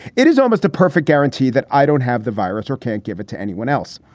it is almost a perfect guarantee that i don't have the virus or can't give it to anyone else.